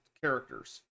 characters